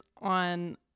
on